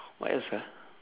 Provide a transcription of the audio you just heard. what else ah